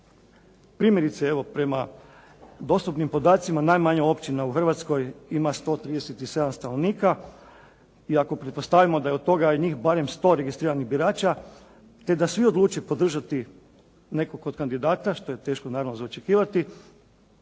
Primjerice evo prema dostupnim podacima najmanja općina u Hrvatskoj ima 137 stanovnika i ako pretpostavimo da je od toga njih barem 100 registriranih birača te da svi odluče podržati nekog od kandidata što je teško naravno za očekivati,